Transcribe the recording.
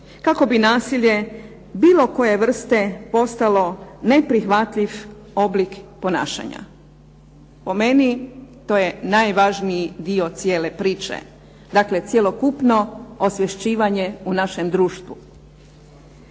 kakao bi nasilje bilo koje vrste postalo neprihvatljiv oblik ponašanja. Po meni to je najvažniji dio cijele priče. Dakle, cjelokupno osvješćivanje u našem društvu.